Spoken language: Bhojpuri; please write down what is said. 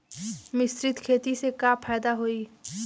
मिश्रित खेती से का फायदा होई?